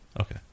Okay